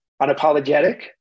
unapologetic